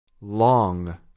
Long